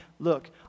Look